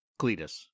Cletus